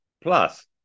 plus